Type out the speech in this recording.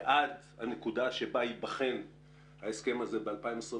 ועד הנקודה שבה ייבחן ההסכם הזה ב-2025,